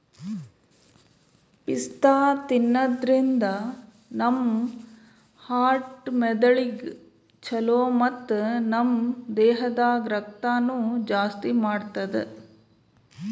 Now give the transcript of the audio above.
ಪಿಸ್ತಾ ತಿನ್ನಾದ್ರಿನ್ದ ನಮ್ ಹಾರ್ಟ್ ಮೆದಳಿಗ್ ಛಲೋ ಮತ್ತ್ ನಮ್ ದೇಹದಾಗ್ ರಕ್ತನೂ ಜಾಸ್ತಿ ಮಾಡ್ತದ್